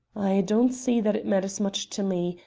i don't see that it matters much to me,